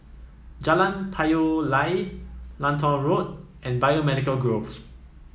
Jalan Payoh Lai Lentor Road and Biomedical Grove